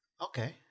Okay